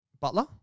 Butler